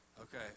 Okay